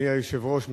אדוני היושב-ראש,